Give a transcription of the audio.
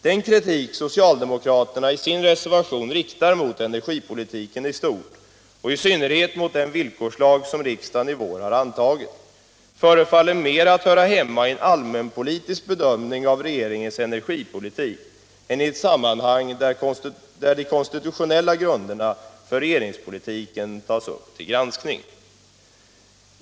Den kritik socialdemokraterna i sin reservation riktar mot energipolitiken i stort och i synnerhet mot den villkorslag som riksdagen i vår har antagit förefaller mera att höra hemma i en allmänpolitisk bedömning av regeringens energipolitik än i ett sammanhang där de konstitutionella grunderna för regeringspolitiken tas upp till granskning.